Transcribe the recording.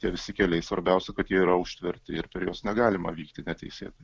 tie visi keliai svarbiausia kad jie yra užtverti ir per juos negalima vykti neteisėtai